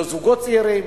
לזוגות צעירים,